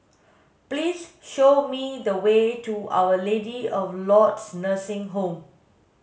please show me the way to Our Lady of Lourdes Nursing Home